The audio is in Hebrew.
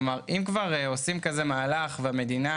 אם כבר עושים כזה מהלך, והמדינה